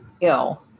ill